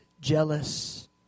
jealous